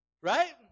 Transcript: Right